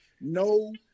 No